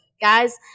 Guys